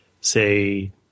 say